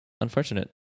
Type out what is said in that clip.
unfortunate